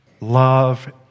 Love